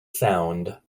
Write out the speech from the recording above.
sound